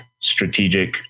strategic